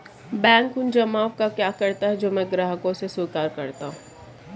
Bank उन जमाव का क्या करता है जो मैं ग्राहकों से स्वीकार करता हूँ?